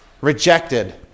rejected